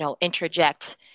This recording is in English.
interject